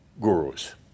gurus